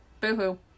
Boo-hoo